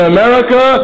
America